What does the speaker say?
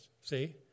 see